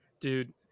Dude